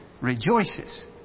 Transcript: rejoices